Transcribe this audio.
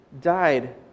died